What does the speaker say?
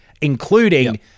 including